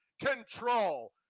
control